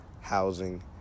housing